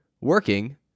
working